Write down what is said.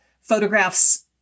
photographs